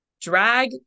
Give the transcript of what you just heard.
drag